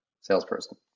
salesperson